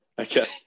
Okay